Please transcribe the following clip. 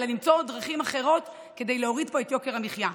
אלא למצוא דרכים אחרות כדי להוריד פה את יוקר המחיה.